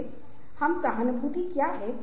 तो अब हम पहली गतिविधि की कल्पना करते हैं